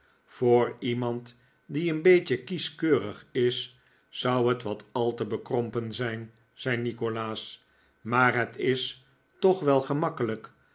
voor iemand die een beetje kieskeurig is zou het wat al te bekrompen zijn zei nikolaas maar het is toch wel gemakkelijk